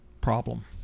Problem